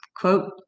quote